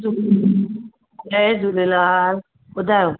जय झूलेलाल ॿुधायो